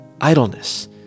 idleness